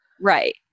right